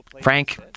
Frank